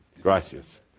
Gracias